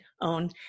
own